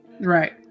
Right